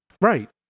Right